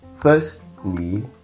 firstly